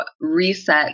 reset